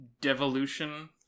devolution